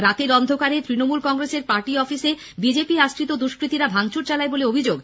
রাতের অন্ধকারে তৃণমূল কংগ্রেসের পার্টি অফিসে বিজেপি আশ্রিত দুষ্কৃতীরা ভাঙচুর চালায় বলে অভিযোগ